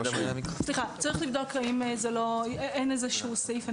צריך לבדוק האם אין איזשהו סעיף.